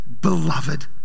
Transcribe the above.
beloved